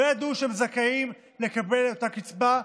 לא ידעו שהם זכאים לקבל את אותה קצבה.